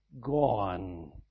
gone